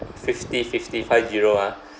fifty fifty five zero ah